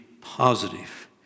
positive